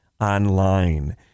online